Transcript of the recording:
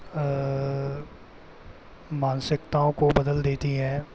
मानसिकताओं को बदल देती है